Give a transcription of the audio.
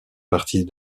partie